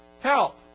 Help